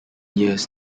years